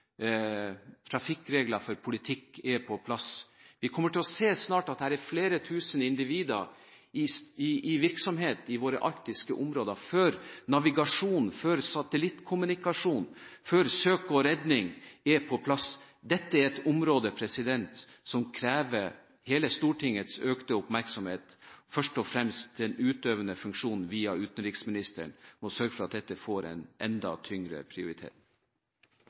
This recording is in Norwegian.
for politikk er på plass. Vi kommer snart til å se at det er flere tusen individer i virksomhet i våre arktiske områder før navigasjon, før satellittkommunikasjon og før søk og redning er på plass. Dette er et område som krever hele Stortingets oppmerksomhet – først og fremst den utøvende funksjonen via utenriksministeren – for å sørge for at dette får en enda tyngre